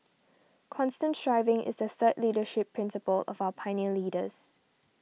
constant striving is the third leadership principle of our pioneer leaders